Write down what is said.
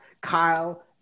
Kyle